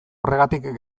horregatik